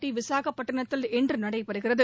India விசாகப்பட்டினத்தில் இன்று நடைறுகிறது